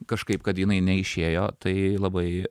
kažkaip kad jinai neišėjo tai labai